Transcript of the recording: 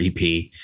EP